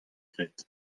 graet